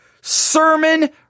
sermon